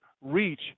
reach